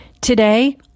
today